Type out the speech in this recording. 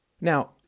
Now